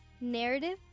narrative